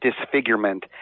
disfigurement